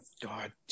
God